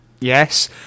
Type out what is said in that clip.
Yes